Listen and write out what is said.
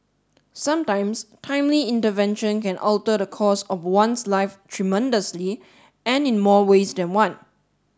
sometimes timely intervention can alter the course of one's life tremendously and in more ways than one